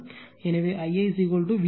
எனவே Ia VAN ZA